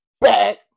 back